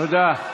תודה.